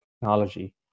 technology